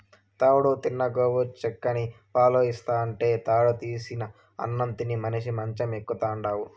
తౌడు తిన్న గోవు చిక్కని పాలు ఇస్తాంటే తౌడు తీసిన అన్నం తిని మనిషి మంచం ఎక్కుతాండాడు